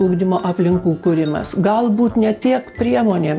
ugdymo aplinkų kūrimas galbūt ne tiek priemonėm